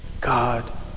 God